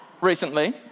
recently